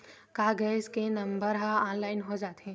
का गैस के नंबर ह ऑनलाइन हो जाथे?